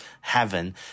heaven